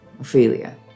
Ophelia